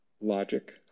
logic